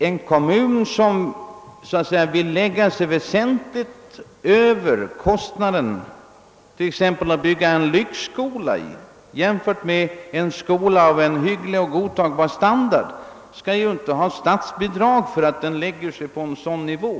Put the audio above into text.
En kommun, som väljer att bygga t.ex. en lyxskola i stället för en skola av hygglig och godtagbar standard, skall inte ha statsbidrag för att den lägger sig på en sådan nivå.